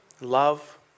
love